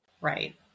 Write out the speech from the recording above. Right